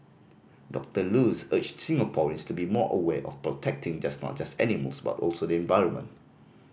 Doctor Luz urged Singaporeans to be more aware of protecting just not just animals but also the environment